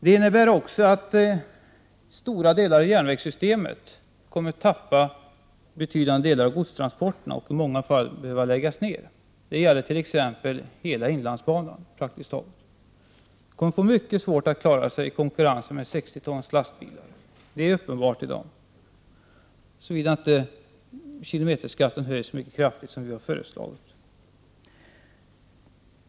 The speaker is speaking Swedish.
Det betyder att stora delar av järnvägssystemet kommer att tappa avsevärda delar av godstransporterna, och i många fall kommer järnvägar att behöva läggas ned. Det gäller t.ex. praktiskt taget hela inlandsbanan, vilken kommer att få mycket svårt att klara sig i konkurrens med 60 tons lastbilar. Detta är helt uppenbart, såvida inte kilometerskatten höjs så kraftigt som vi har föreslagit.